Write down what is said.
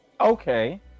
Okay